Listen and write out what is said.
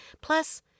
Plus